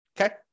okay